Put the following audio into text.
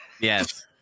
Yes